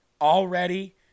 already